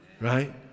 right